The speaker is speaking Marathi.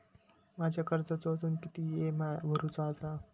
माझ्या कर्जाचो अजून किती ई.एम.आय भरूचो असा?